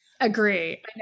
Agree